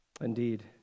Indeed